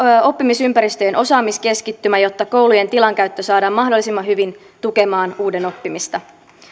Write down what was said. oppimisympäristöjen osaamiskeskittymä jotta koulujen tilankäyttö saadaan mahdollisimman hyvin tukemaan uuden oppimista